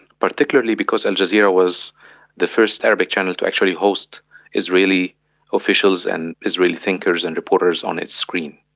particularly because al jazeera was the first arabic channel to actually host israeli officials and israeli thinkers and reporters on its screen.